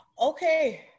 Okay